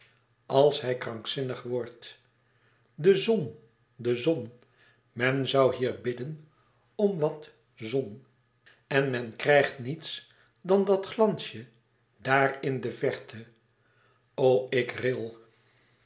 als hij krankzinnig wordt de zon de zon men zoû hier bidden om wat zon en men krijgt niets dan dat glansje daar in de verte o ik ril